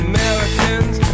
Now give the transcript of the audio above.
Americans